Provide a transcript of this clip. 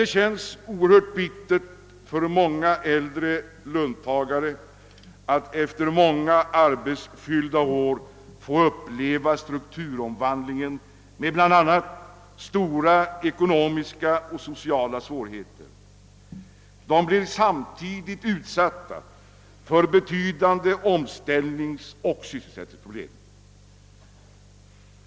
Det känns oerhört bittert för äldre löntagare att efter många arbetsfyllda år få uppleva strukturomvandlingen med bl.a. stora ekonomiska och sociala svårigheter. De blir samtidigt utsatta för betydande omställningsoch sysselsätt ningsproblem.